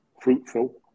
fruitful